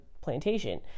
plantation